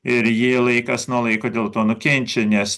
ir jie laikas nuo laiko dėl to nukenčia nes